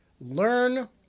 Learn